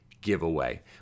Giveaway